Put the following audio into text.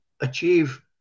achieve